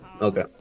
Okay